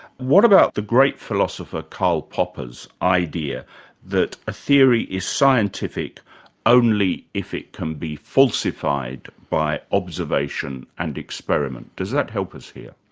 what about the great philosopher karl popper's idea that a theory is scientific only if it can be falsified by observation and experiment. does that help us here?